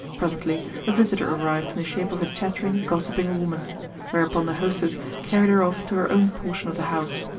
presently a visitor arrived in the shape of a chattering, gossiping woman whereupon the hostess carried her off to her own portion of the house,